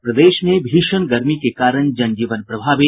और प्रदेश में भीषण गर्मी के कारण जनजीवन प्रभावित